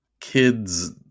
kids